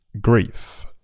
grief